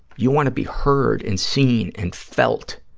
you want to be heard and seen and felt